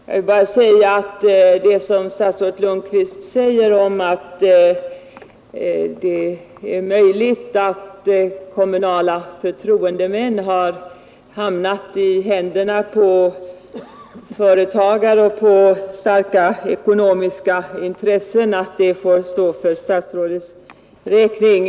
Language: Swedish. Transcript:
Jag vill bara slå 87 fast att det som statsrådet Lundkvist säger om att det är möjligt att kommunala förtroendemän har hamnat i händerna på företagare och starka ekonomiska intressen får stå för statsrådets räkning.